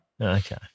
Okay